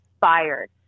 fired